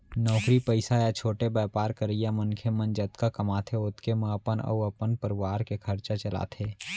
नौकरी पइसा या छोटे बयपार करइया मनखे मन जतका कमाथें ओतके म अपन अउ अपन परवार के खरचा चलाथें